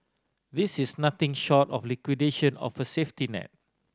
this is nothing short of liquidation of a safety net